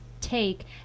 take